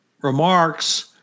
remarks